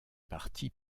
parti